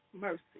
mercy